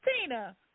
Tina